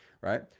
right